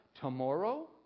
tomorrow